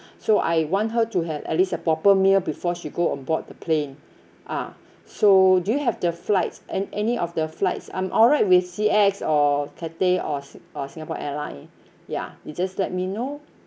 so I want her to have at least a proper meal before she go on board the plane ah so do you have the flights and any of the flights I'm alright with C_X or cathay or or singapore airline ya you just let me know